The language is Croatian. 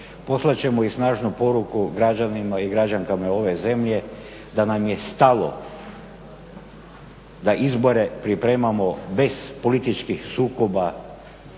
poslat ćemo i snažnu poruku građanima i građankama ove zemlje da nam je stalo da izbore pripremamo bez političkih sukoba,